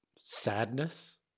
sadness